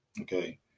Okay